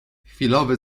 chwilowy